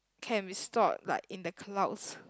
can be stored like in the clouds